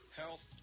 health